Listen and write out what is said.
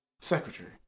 Secretary